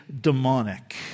demonic